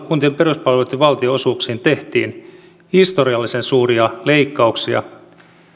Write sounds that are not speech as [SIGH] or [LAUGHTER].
[UNINTELLIGIBLE] kuntien peruspalveluitten valtionosuuksiin tehtiin historiallisen suuria leikkauksia